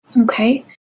Okay